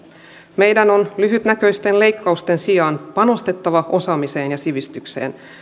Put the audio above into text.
meidän on lyhytnäköisten leikkausten sijaan panostettava osaamiseen ja sivistykseen